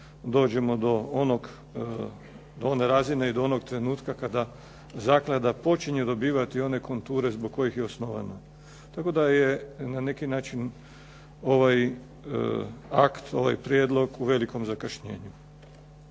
dođemo do one razine i do onog trenutka kada zaklada počinje dobivati one konture zbog kojih je osnovana. Tako da je na neki način ovaj akt, ovaj prijedlog u velikom zakašnjenju.